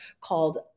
called